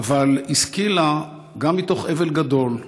אבל גם השכילה, מתוך אבל גדול ומשבר,